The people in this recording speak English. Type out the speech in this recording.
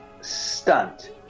stunt